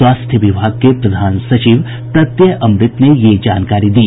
स्वास्थ्य विभाग के प्रधान सचिव प्रत्यय अमृत ने यह जानकारी दी